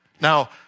Now